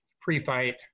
pre-fight